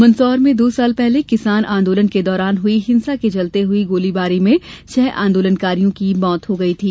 मंदसौर में दो साल पहले किसान आंदोलन के दौरान हुई हिंसा के चलते हुई गोलीबारी में छह आंदोलकारियों की मौत हो गई थी